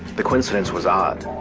the coincidence was odd.